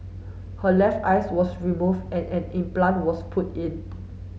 her left eyes was removed and an implant was put in